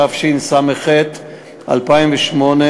התשס"ח 2008,